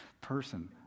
person